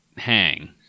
hang